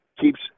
keeps